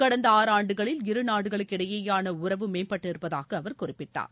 கடந்த ஆறு ஆண்டுகளில் இரு நாடுகளுக்கு இடையேயான உறவு மேம்பட்டிருப்பதாக அவர் குறிப்பிட்டார்